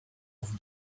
off